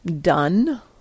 done